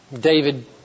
David